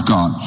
God